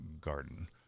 Garden